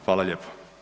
Hvala lijepa.